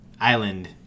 island